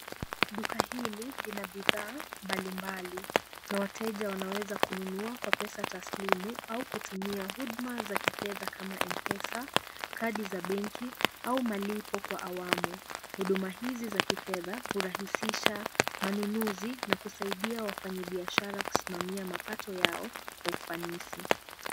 Duka hili lina bidhaa mbalimbali na wateja wanaweza kununua kwa pesa taslimu au kutumia huduma za kifedha kama M-Pesa, kadi za benki au malipo kwa awamu. Huduma hizi za kifedha hurahisisha manunuzi na kusaidia wafanyibiashara kusimamia mapato yao kwa ufanisi.